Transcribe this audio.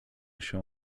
się